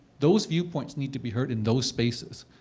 those viewpoints need to be heard in those spaces,